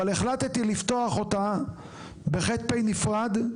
אבל החלטתי לפתוח אותה ב-ח.פ נפרד.